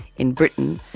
in britain.